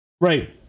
Right